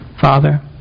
Father